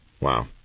Wow